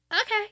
okay